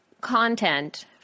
content